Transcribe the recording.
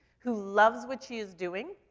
who loves what she is doing,